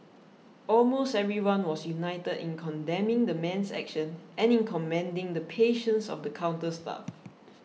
almost everyone was united in condemning the man's actions and in commending the patience of the counter staff